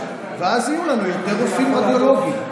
ואז יהיו לנו יותר רופאים רדיולוגיים.